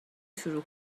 شروع